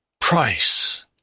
price